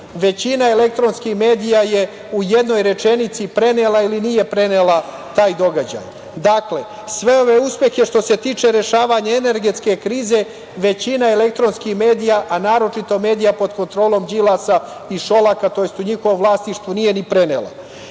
Većina elektronskih medija je u jednoj rečenici prenela ili nije prenela taj događaj. Dakle, sve ove uspehe, što se tiče rešavanja energetske krize, većina elektronskih medija, a naročito medija pod kontrolom Đilasa i Šolaka, tj. u njihovom vlasništvu, nije ni prenela. Kako